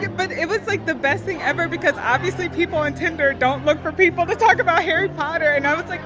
but it was like the best thing ever because, obviously, people on tinder don't look for people to talk about harry potter. and i was, like,